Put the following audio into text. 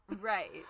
right